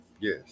Yes